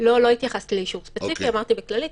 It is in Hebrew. --- לא התייחסתי לאישור ספציפי, אמרתי בכללית.